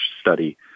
study